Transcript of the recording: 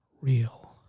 real